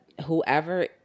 whoever